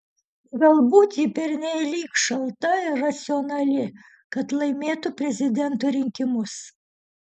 galbūt ji pernelyg šalta ir racionali kad laimėtų prezidento rinkimus